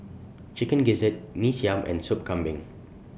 Chicken Gizzard Mee Siam and Sop Kambing